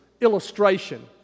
illustration